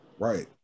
Right